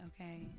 okay